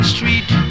Street